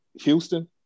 Houston